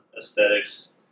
aesthetics